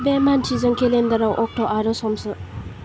बे मानसिजों केलेन्डाराव अक्ट' आरो सम सो